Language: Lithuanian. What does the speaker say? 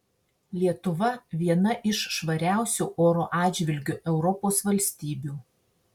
lietuva viena iš švariausių oro atžvilgiu europos valstybių